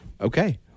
Okay